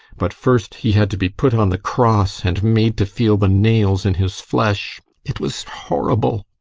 but first he had to be put on the cross and made to feel the nails in his flesh. it was horrible!